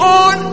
on